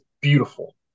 beautiful